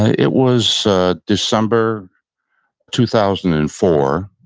it was december two thousand and four,